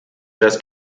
das